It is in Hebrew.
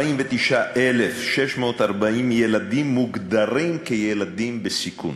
449,640 ילדים מוגדרים כילדים בסיכון.